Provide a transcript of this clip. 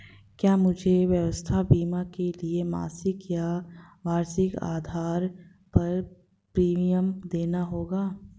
क्या मुझे स्वास्थ्य बीमा के लिए मासिक या वार्षिक आधार पर प्रीमियम देना होगा?